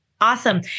Awesome